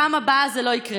שבפעם הבאה זה לא יקרה.